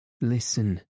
Listen